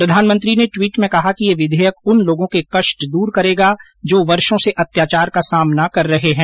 प्रधानमंत्री ने ट्वीट में कहा कि यह विधेयक उन लोगों के कष्ट दूर करेगा जो वर्षो से अत्याचार का सामना कर रहे है